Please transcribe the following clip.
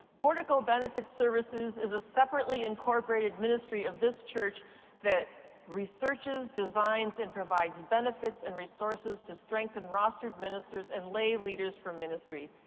portico benefit services is a separately incorporated ministry of this church that researches, designs, and provides benefits and resources to strengthen rostered ministers and lay leaders for ministry.